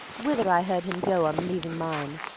whither i heard him go on leaving mine.